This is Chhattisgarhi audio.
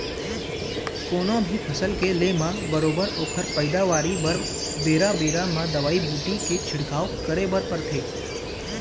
कोनो भी फसल के ले म बरोबर ओखर पइदावारी बर बेरा बेरा म दवई बूटी के छिड़काव करे बर परथे